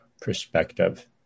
perspective